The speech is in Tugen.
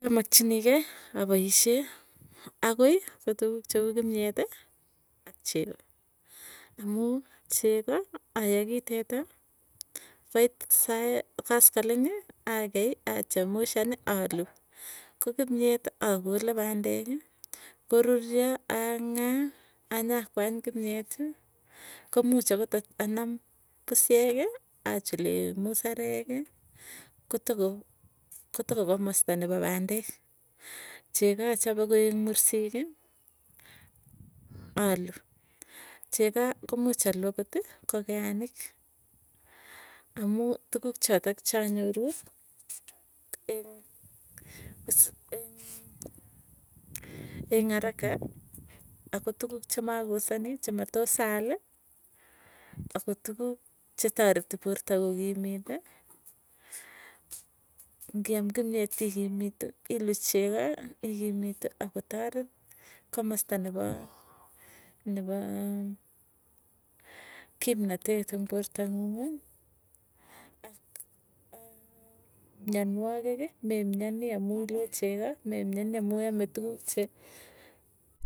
apoisyee akoi ko tukuk cheu kimyeti, ak chego amuu chegoo ayakii teta koit sait kaskoleng'i akei achamushani aluu, ko kimyeti akole pandeki koruryo ang'aa anyakwany kimyeti komuuch akot anam pusyeki, achule musereki, kotokokomasta nepa pandek. Chego achape koek mursiki aluu. Chego kumuch aluu akoti ko keanik amuu tukuk chotok chanyoruu eng araka. Ako tukuk chemakosani chematos alii. Ako tukuk chetareti porta kokimiiti ngiam kimyeti ikimitu iluu chegoo ikimitu akotaret komasta nepoo, nepoo kimnatet ing portanguung. Ak mianwagik memwianii amuu ilue chegoo memianii amuu iame tukuk che.